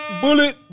bullet